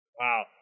wow